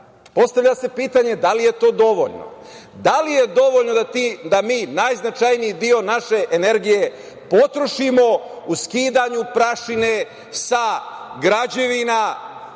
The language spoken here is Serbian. postavlja se pitanje da li je to dovoljno, da li je dovoljno da mi najznačajniji deo naše energije potrošimo u skidanju prašine sa građevina,